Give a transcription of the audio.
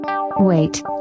wait